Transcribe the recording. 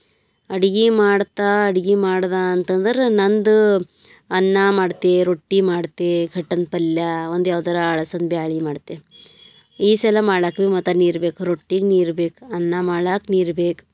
ಅಡಿಗೆ ಮಾಡ್ತಾ ಅಡಿಗೆ ಮಾಡಿದ ಅಂತ ಅಂದ್ರೆ ನನ್ನದು ಅನ್ನ ಮಾಡ್ತೆ ರೊಟ್ಟಿ ಮಾಡ್ತೆ ಘಟನ ಪಲ್ಯ ಒಂದು ಯಾವ್ದಾರು ಅಳಸಂದೆ ಬ್ಯಾಳಿ ಮಾಡ್ತೆ ಈ ಸಲ ಮಾಡಕ್ಕೆ ಭೀ ಮತ್ತೆ ನೀರು ಬೇಕು ರೊಟ್ಟಿಗೆ ನೀರು ಬೇಕು ಅನ್ನ ಮಾಡಾಕ ನೀರು ಬೇಕು